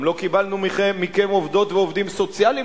גם לא קיבלנו מכם עובדות ועובדים סוציאליים